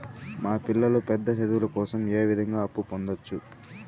మా పిల్లలు పెద్ద చదువులు కోసం ఏ విధంగా అప్పు పొందొచ్చు?